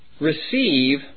Receive